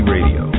Radio